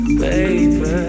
Baby